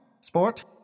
sport